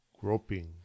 groping